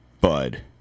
Bud